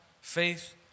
faith